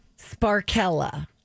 Sparkella